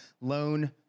loan